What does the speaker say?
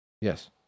Yes